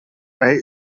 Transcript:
bei